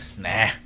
Nah